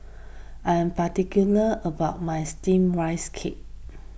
I am particular about my Steamed Rice Cake